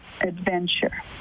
adventure